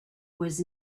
was